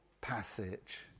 passage